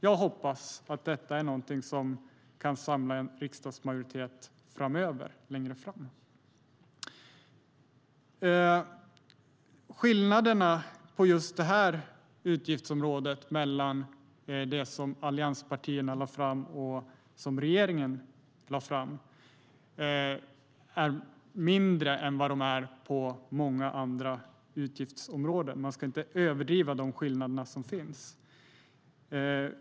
Jag hoppas att detta är någonting som kan samla en riksdagsmajoritet längre fram. Skillnaderna på just detta utgiftsområde mellan det som allianspartierna lade fram och det regeringen lade fram är mindre än vad de är på många andra utgiftsområden. Man ska inte överdriva de skillnader som finns.